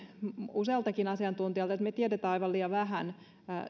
usealtakin asiantuntijalta että me tiedämme aivan liian vähän